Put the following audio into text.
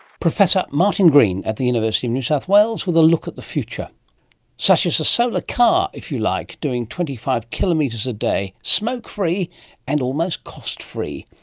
professor martin green at the university of new south wales with a look at the future such as the solar car, if you like, doing twenty five kilometres a day, smoke-free and almost cost-free.